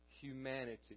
humanity